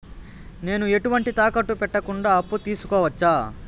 నేను ఎటువంటి తాకట్టు పెట్టకుండా అప్పు తీసుకోవచ్చా?